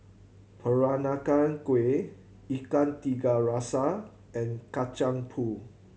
Peranakan Kueh Ikan Tiga Rasa and Kacang Pool